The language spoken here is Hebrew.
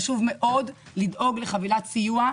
חשוב מאוד לדאוג לחבילת סיוע,